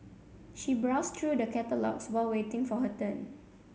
she browsed through the catalogues while waiting for her turn